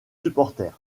supporters